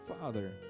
Father